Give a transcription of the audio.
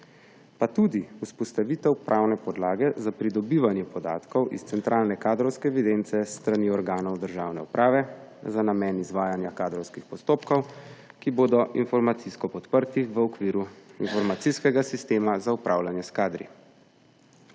pa tudi vzpostavitev pravne podlage za pridobivanje podatkov iz centralne kadrovske evidence s strani organov državne uprave za namen izvajanja kadrovskih postopkov, ki bodo informacijsko podprti v okviru informacijskega sistema za upravljanje s kadri.